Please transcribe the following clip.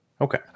Okay